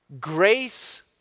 Grace